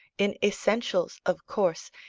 in essentials, of course,